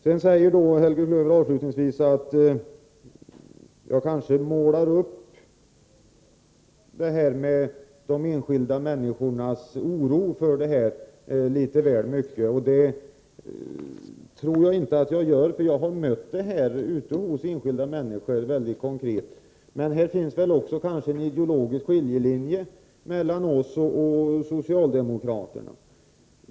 Helge Klöver sade avslutningsvis att jag kanske målar upp detta med de enskilda människornas oro litet väl kraftigt. Det tror jag inte att jag gör, för jag har mött denna oro på ett mycket konkret sätt. Det finns här en ideologisk skiljelinje mellan oss och socialdemokraterna.